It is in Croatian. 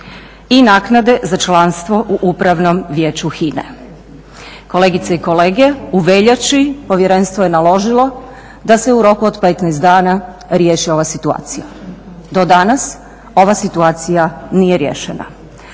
i naknade za članstvo u Upravnom vijeću HINA-e. Kolegice i kolege u veljači povjerenstvo je naložilo da se u roku od 15 dana riješi ova situacija. Do danas ova situacija nije riješena.